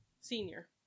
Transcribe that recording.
senior